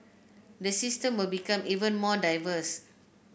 the system will become even more diverse